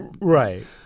Right